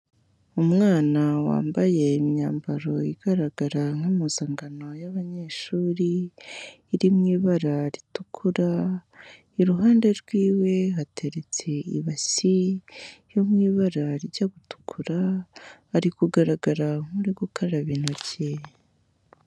Umwana wambaye imyambaro igaragara nk'impuzankano y'abanyeshuri iri mu ibara ritukura, iruhande rw'iwe hateretse ibasi yo mu ibara rijya gutukura, ari kugaragara nk'uri gukaraba intoki.